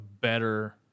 better –